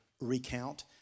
recount